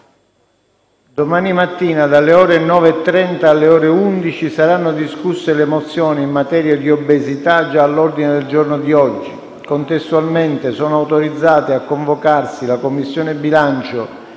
Domani mattina dalle ore 9,30 alle ore 11 saranno discusse le mozioni in materia di obesità, già all'ordine del giorno di oggi. Contestualmente, sono autorizzate a convocarsi la Commissione bilancio